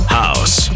house